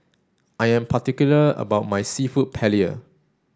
I am particular about my Seafood Paella